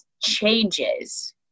changes